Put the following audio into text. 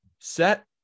set